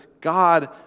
God